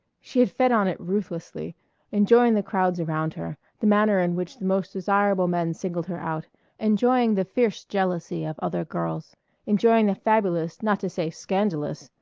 she had fed on it ruthlessly enjoying the crowds around her, the manner in which the most desirable men singled her out enjoying the fierce jealousy of other girls enjoying the fabulous, not to say scandalous,